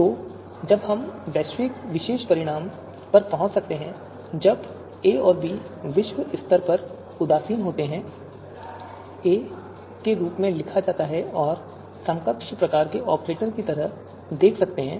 तो जब हम इस विशेष परिणाम पर पहुंच सकते हैं जब a और b विश्व स्तर पर उदासीन होते हैं a के रूप में लिखा जाता है और आप समकक्ष प्रकार के ऑपरेटर की तरह देख सकते हैं